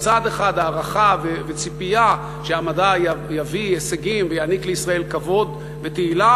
מצד אחד הערכה וציפייה שהמדע יביא הישגים ויעניק לישראל כבוד ותהילה,